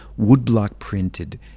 woodblock-printed